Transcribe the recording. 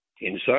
inside